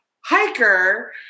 hiker